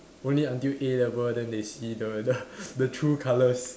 only until A-level then they see the the the true colours